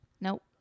Nope